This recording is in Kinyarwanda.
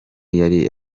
yari